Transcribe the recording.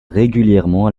régulièrement